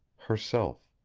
herself.